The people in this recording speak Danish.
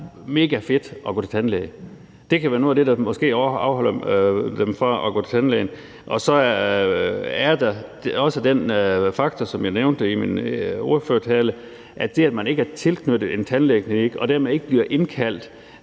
megafedt at gå til tandlæge. Det kan være noget af det, der måske afholder dem fra at gå til tandlæge. Og for det andet er der også den faktor, som jeg nævnte i min ordførertale, at det, at man ikke er tilknyttet en tandlægeklinik og dermed ikke bliver indkaldt,